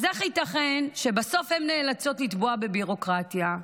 אז איך ייתכן שבסוף הן נאלצות לטבוע בביורוקרטיה?